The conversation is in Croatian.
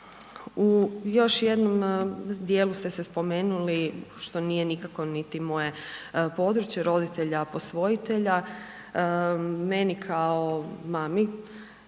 U još jednom djelu ste se spomenuli, što nije nikako niti moje područje, roditelja posvojitelja. Meni kao mami